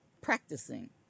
Practicing